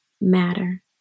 Matter